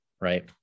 right